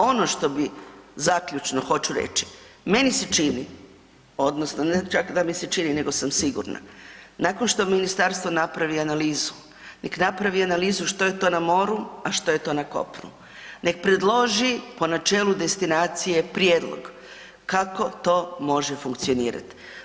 Ono što bi, zaključno hoću reći, meni se čini odnosno ne čak da mi se čini nego sam sigurna, nakon što ministarstvo napravi analizu, nek napravi analizu što je to na moru, a što je to na kopnu, nek predloži po načelu destinacije prijedlog kako to može funkcionirat.